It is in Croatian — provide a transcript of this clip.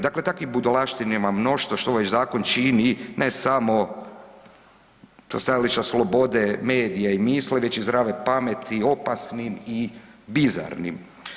Dakle, takvih budalaština ima mnoštvo što ovaj zakon čini ne samo sa stajališta slobode, medija i misli, već i zdrave pameti opasnim i bizarnim.